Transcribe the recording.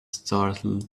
startled